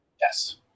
Yes